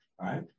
right